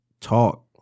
Talk